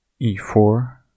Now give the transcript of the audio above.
e4